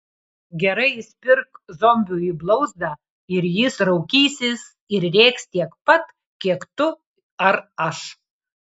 gerai įspirk zombiui į blauzdą ir jis raukysis ir rėks tiek pat kiek tu ar aš